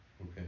okay